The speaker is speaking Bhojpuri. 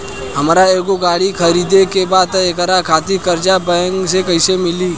हमरा एगो गाड़ी खरीदे के बा त एकरा खातिर कर्जा बैंक से कईसे मिली?